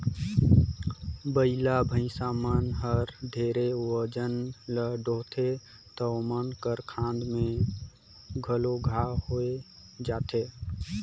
बइला, भइसा मन हर ढेरे ओजन ल डोहथें त ओमन कर खांध में घलो घांव होये जाथे